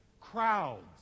crowds